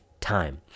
time